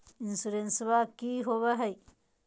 इंसोरेंसबा की होंबई हय?